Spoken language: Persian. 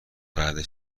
بعدش